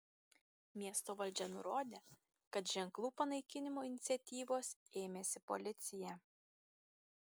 miesto valdžia nurodė kad ženklų panaikinimo iniciatyvos ėmėsi policija